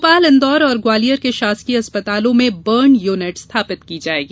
भोपाल इंदौर और ग्वालियर के शासकीय अस्पतालों में बर्न युनिट स्थापित की जायेगी